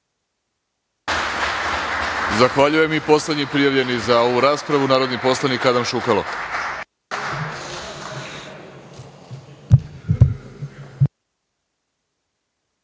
Hvala. Poslednji prijavljeni za ovu raspravu narodni poslanik Adam Šukalo.